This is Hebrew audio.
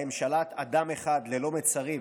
שבהן שלט אדם אחד ללא מצרים